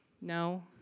No